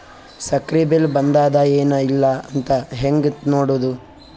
ಸಕ್ರಿ ಬಿಲ್ ಬಂದಾದ ಏನ್ ಇಲ್ಲ ಅಂತ ಹೆಂಗ್ ನೋಡುದು?